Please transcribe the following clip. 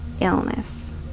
illness